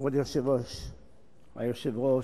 כבוד היושב-ראש,